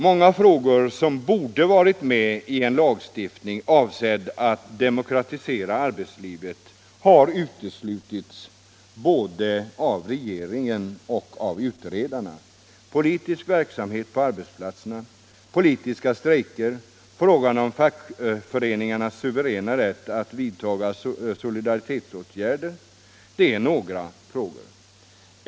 Många frågor som borde varit med i en lagstiftning avsedd att demokratisera arbetslivet har uteslutits både av regeringen och av utredarna. Politisk verksamhet på arbetsplatserna, politiska strejker, frågan om fackföreningarnas suveräna rätt att vidta solidaritetsåtgärder är några.